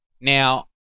Now